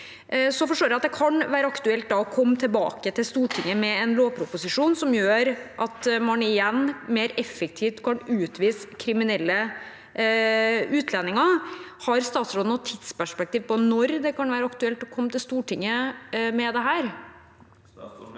Så forstår jeg at det kan være aktuelt å komme tilbake til Stortinget med en lovproposisjon som gjør at man igjen kan utvise kriminelle utlendinger mer effektivt. Har statsråden noe tidsperspektiv på når det kan være aktuelt å komme til Stortinget med dette?